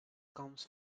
comes